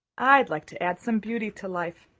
i'd like to add some beauty to life,